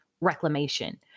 reclamation